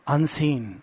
Unseen